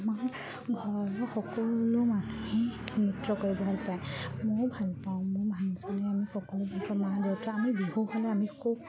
আমাৰ ঘৰৰ সকলো মানুহেই নৃত্য কৰি ভাল পায় ময়ো ভাল পাওঁ মোৰ মানুহজনে আমি সকলো বিহু মা দেউতা আমি বিহু হ'লে আমি খুব